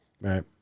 Right